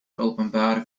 openbaar